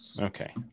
Okay